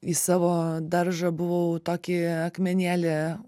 į savo daržą buvau tokį akmenėlį